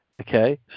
Okay